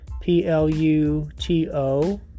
P-L-U-T-O